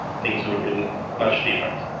things would have been much different.